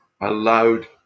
allowed